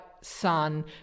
sun